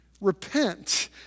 Repent